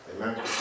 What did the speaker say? Amen